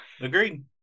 Agreed